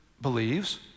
believes